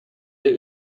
der